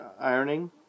ironing